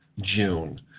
June